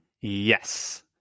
yes